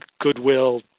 goodwill